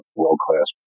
world-class